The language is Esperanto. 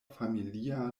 familia